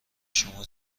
شما